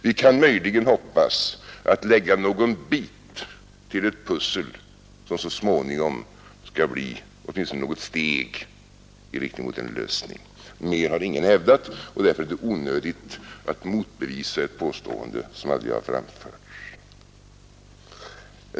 Vi kan möjligen hoppas att lägga någon bit till ett pussel som så småningom skall bli åtminstone något steg i riktning mot en lösning. Mer har ingen hävdat, och därför är det onödigt att motbevisa ett påstående som aldrig framförts.